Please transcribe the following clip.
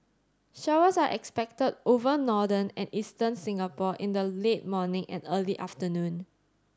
showers are expected over northern and eastern Singapore in the late morning and early afternoon